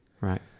Right